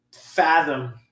fathom